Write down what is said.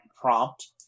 prompt